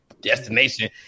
destination